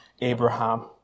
Abraham